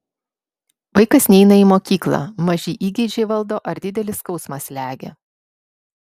vaikas neina į mokyklą maži įgeidžiai valdo ar didelis skausmas slegia